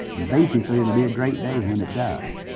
basically, it will be a great day when it does.